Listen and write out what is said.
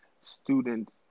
students